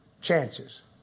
chances